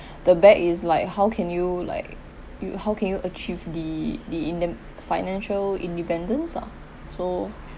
the bag is like how can you like you how can you achieve the the inden~ financial independence lah so